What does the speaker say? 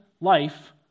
life